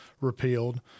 repealed